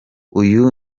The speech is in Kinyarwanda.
uyu